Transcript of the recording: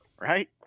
right